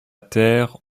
terre